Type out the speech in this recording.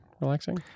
relaxing